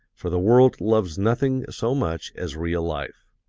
for the world loves nothing so much as real life.